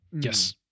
Yes